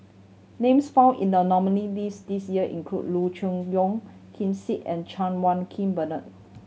names found in the nominee list this year include Loo Choon Yong Ken Seet and Chan Wah King Bernard